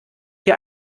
hier